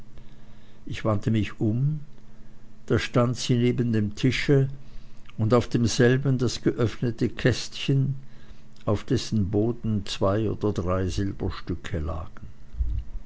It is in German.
ich wandte mich um da stand sie neben dem tische und auf demselben das geöffnete kästchen auf dessen boden zwei oder drei silberstücke lagen